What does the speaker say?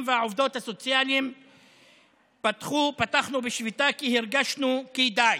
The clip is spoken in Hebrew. והעובדות הסוציאליים פתחנו בשביתה כי הרגשנו כי די,